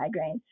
migraines